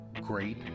great